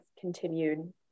continued